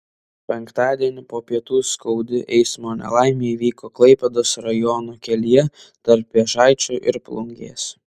penktadienį po pietų skaudi eismo nelaimė įvyko klaipėdos rajono kelyje tarp vėžaičių ir plungės